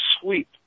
sweep